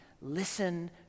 Listen